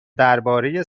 درباره